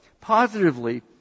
Positively